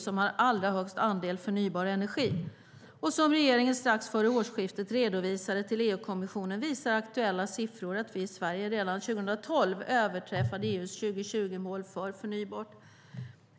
som har allra högst andel förnybar energi i hela EU. Som regeringen strax före årsskiftet redovisade till EU-kommissionen visar aktuella siffror att vi i Sverige redan 2012 överträffade EU:s 2020-mål för förnybart.